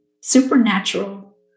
supernatural